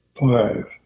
five